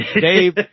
Dave